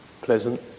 pleasant